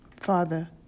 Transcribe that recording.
Father